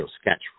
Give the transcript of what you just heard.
sketch